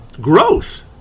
growth